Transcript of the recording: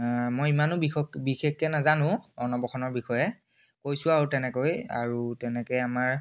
মই ইমানো বিশষ বিশেষকৈ নাজানো অন্নপ্ৰসনৰ বিষয়ে কৈছোঁ আৰু তেনেকৈয়ে আৰু তেনেকৈ আমাৰ